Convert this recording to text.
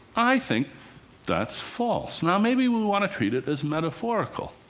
i think that's false. now, maybe we want to treat it as metaphorical.